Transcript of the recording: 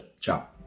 ciao